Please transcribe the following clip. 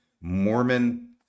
Mormon